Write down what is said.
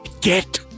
get